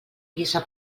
guisa